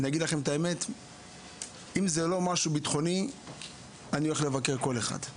אם זה לא משהו ביטחוני אני הולך לבקר כל אחד.